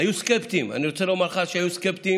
היו סקפטיים, אני רוצה לומר לך שהיו סקפטיים,